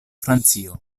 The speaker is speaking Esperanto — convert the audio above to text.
francio